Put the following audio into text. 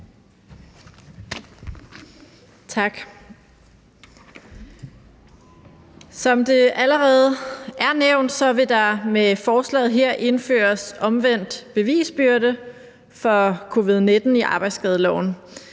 Som det allerede er nævnt, vil der med forslaget her indføres omvendt bevisbyrde for covid-19 i arbejdsskadeloven.